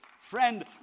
Friend